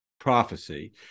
prophecy